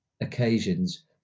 occasions